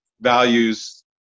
values